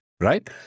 right